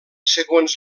segons